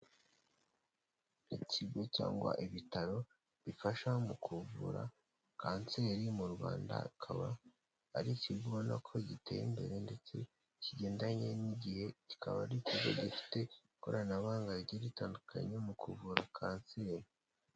Ikigo cyangwa ibitaro bifasha mu kuvura kanseri mu Rwanda, akaba ari ikigo ubona ko giteye imbere, ndetse kigendanye n'igihe, kikaba ari ikigo gifite ikoranabuhanga rigiye ritandukanye mu kuvura kanseri.